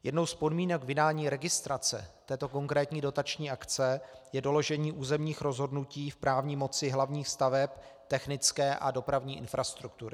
Jednou z podmínek vydání registrace této konkrétní dotační akce je doložení územních rozhodnutí v právní moci hlavních staveb technické a dopravní infrastruktury.